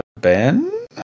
Ben